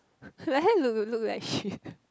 like that look you look like shit